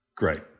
great